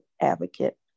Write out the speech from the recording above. advocate